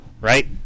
Right